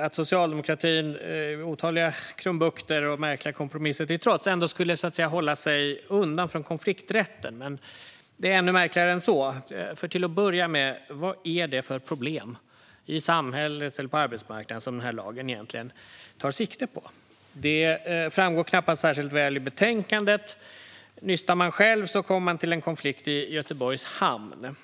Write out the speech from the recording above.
att socialdemokratin - otaliga krumbukter och märkliga kompromisser till trots - skulle hålla sig undan från konflikträtten. Men det är ännu märkligare än så. Till att börja med: Vad är det för problem i samhället eller på arbetsmarknaden som den här lagen egentligen tar sikte på? Det framgår knappast särskilt väl i betänkandet. Nystar man själv kommer man till en konflikt i Göteborgs hamn.